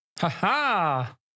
Ha-ha